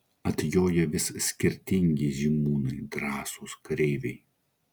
atjoja vis skirtingi žymūnai drąsūs kareiviai